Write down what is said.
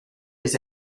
his